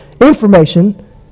information